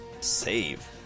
save